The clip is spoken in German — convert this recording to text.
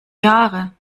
jahre